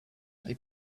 they